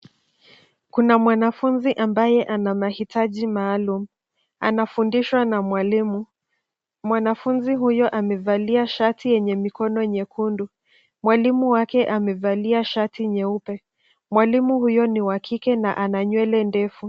Kuna mwanafunzi ambaye ana mahitaji maalum anafundishwa na mwalimu. Mwanafunzi huyo amevalia shati yenye mikono nyekundu. Mwalimu wake amevalia shati nyeupe. Mwalimu huyo ni wa kike na ana nywele ndefu.